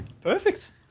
Perfect